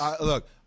look